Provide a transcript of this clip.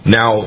now